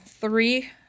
three